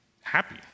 Happy